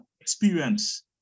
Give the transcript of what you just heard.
experience